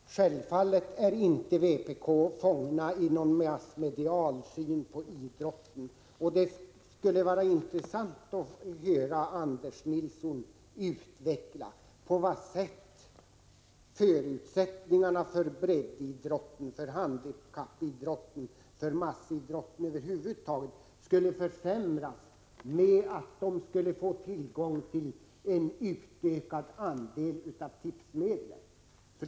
Herr talman! Självfallet är inte vpk fånget i någon massmedial syn på idrotten. Det skulle vara intressant att höra Anders Nilsson utveckla på vilket sätt förutsättningarna för breddidrotten, handikappidrotten och för massidrotten över huvud taget skulle försämras, om de fick tillgång till en större del av tipsmedlen.